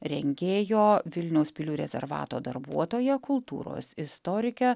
rengėjo vilniaus pilių rezervato darbuotoja kultūros istorike